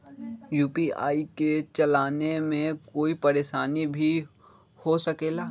UPI के चलावे मे कोई परेशानी भी हो सकेला?